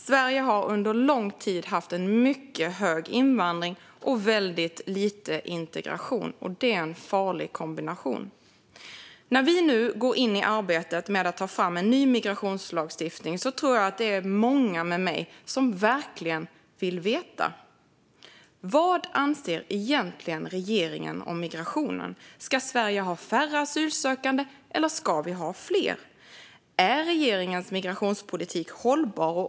Sverige har under lång tid haft en mycket stor invandring och väldigt lite integration. Det är en farlig kombination. När vi nu går in arbetet med att ta fram en ny migrationslagstiftning tror jag att många med mig verkligen vill veta: Vad anser regeringen egentligen om migrationen? Ska Sverige ta emot färre asylsökande, eller ska vi ta emot fler? Är regeringens migrationspolitik hållbar?